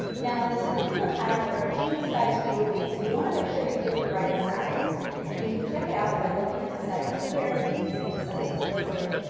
now in this particular pattern, there are two size groupings. so you want to make sure you get the right size and you can check it out by looking at the side right here and you can see the size is listed.